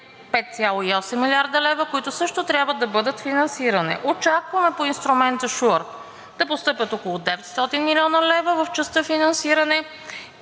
5,8 млрд. лв., които също трябва да бъдат финансиране. Очакваме по инструмента Shuart да постъпят около 900 млн. лв. в частта „Финансиране“